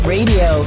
Radio